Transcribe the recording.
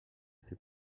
ses